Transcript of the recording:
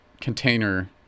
container